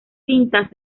cintas